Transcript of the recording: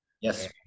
yes